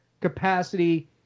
capacity